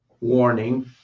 warning